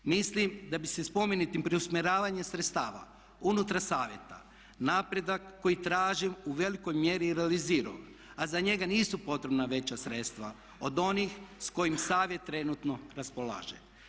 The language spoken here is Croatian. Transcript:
Mislim da bi se spomenutim preusmjeravanjem sredstava unutar Savjeta napredak koji tražim u velikoj mjeri i realizirao a za njega nisu potrebna veća sredstva od onih s kojim Savjet trenutno raspolaže.